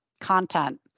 content